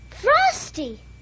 Frosty